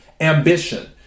Ambition